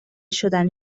شدن